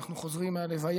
ואנחנו חוזרים מהלוויה,